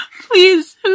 Please